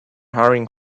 hurrying